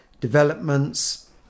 developments